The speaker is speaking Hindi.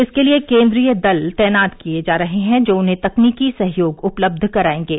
इसके लिए केन्द्रीय दल तैनात किए जा रहे हैं जो उन्हें तकनीक सहयोग उपलब्ध कराएंगे